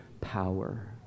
power